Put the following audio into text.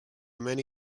many